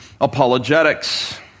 apologetics